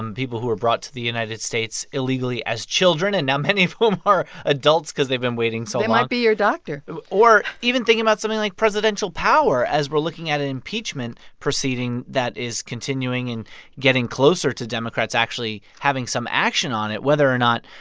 um people who were brought to the united states illegally as children and now many of whom are adults because they've been waiting so long they might be your doctor or even thinking about something like presidential power as we're looking at an impeachment proceeding that is continuing and getting closer to democrats actually having some action on it, whether or not,